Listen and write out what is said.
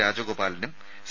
രാജഗോപാലനും C